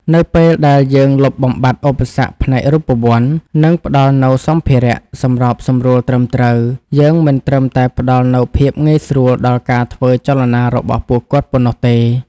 នៅពេលដែលយើងលុបបំបាត់ឧបសគ្គផ្នែករូបវន្ត និងផ្ដល់នូវសម្ភារៈសម្របសម្រួលត្រឹមត្រូវ យើងមិនត្រឹមតែផ្ដល់នូវភាពងាយស្រួលដល់ការធ្វើចលនារបស់ពួកគាត់ប៉ុណ្ណោះទេ។